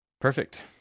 Perfect